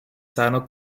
seiner